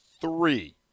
three